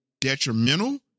detrimental